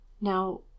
now